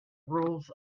rules